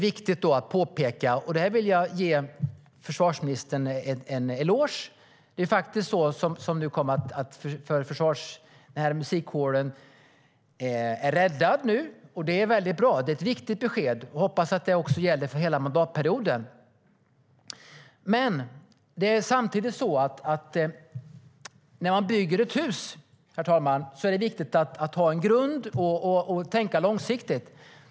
Låt mig ge försvarsministern en eloge för att musikkåren är räddad. Det är ett viktigt besked, och jag hoppas att det gäller för hela mandatperioden. Men när man bygger ett hus, herr talman, är det viktigt att ha en grund och tänka långsiktigt.